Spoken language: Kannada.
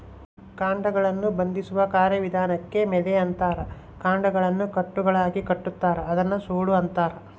ಕಾಂಡಗಳನ್ನು ಬಂಧಿಸುವ ಕಾರ್ಯವಿಧಾನಕ್ಕೆ ಮೆದೆ ಅಂತಾರ ಕಾಂಡಗಳನ್ನು ಕಟ್ಟುಗಳಾಗಿಕಟ್ಟುತಾರ ಅದನ್ನ ಸೂಡು ಅಂತಾರ